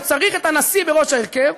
וצריך את הנשיא בראש ההרכב,